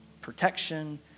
Protection